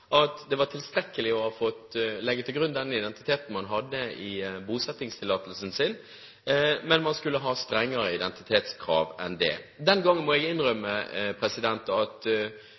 at det var tilstrekkelig å ha fått legge til grunn den identiteten man hadde i bosettingstillatelsen sin; man skulle ha strengere identitetskrav enn det. Den gangen må jeg innrømme at